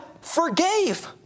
forgave